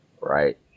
right